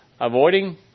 Avoiding